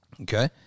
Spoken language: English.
okay